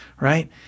Right